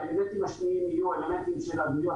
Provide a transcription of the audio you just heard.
האלמנטים השניים יהיו האלמנטים של עלויות